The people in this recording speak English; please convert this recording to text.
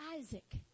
Isaac